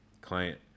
client